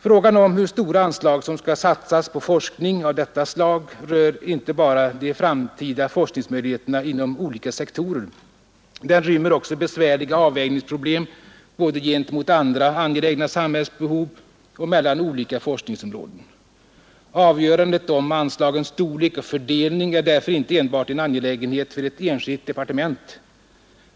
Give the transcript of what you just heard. Frågan om hur stora anslag som skall satsas på forskning av detta slag rör inte bara de framtida forskningsmöjligheterna inom olika sektorer. Den rymmer också besvärliga avvägningsproblem både gentemot andra angelägna samhällsbehov och mellan olika forskningsområden. Avgörandet om anslagens storlek och fördelning är därför inte enbart en angelägenhet för ett enskilt departement.